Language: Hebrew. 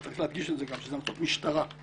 אבל צריך להדגיש שזה המלצות משטרה,